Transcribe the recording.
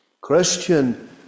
Christian